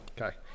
Okay